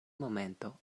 momento